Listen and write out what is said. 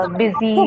busy